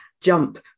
jump